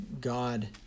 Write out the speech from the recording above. God